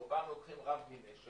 רובם לוקחים רב מנשר